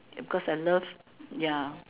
ya because I love ya